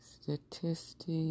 statistics